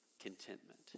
Contentment